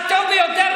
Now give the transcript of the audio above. הטוב ביותר,